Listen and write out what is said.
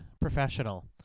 professional